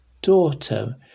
Daughter